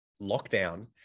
lockdown